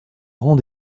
rang